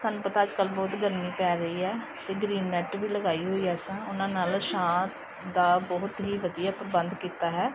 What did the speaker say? ਤੁਹਾਨੂੰ ਪਤਾ ਅੱਜ ਕੱਲ੍ਹ ਬਹੁਤ ਗਰਮੀ ਪੈ ਰਹੀ ਹੈ ਅਤੇ ਗਰੀਨ ਨੈਟ ਵੀ ਲਗਾਈ ਹੋਈ ਅਸੀਂ ਉਹਨਾਂ ਨਾਲ ਛਾਂ ਦਾ ਬਹੁਤ ਹੀ ਵਧੀਆ ਪ੍ਰਬੰਧ ਕੀਤਾ ਹੈ